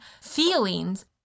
feelings